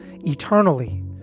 eternally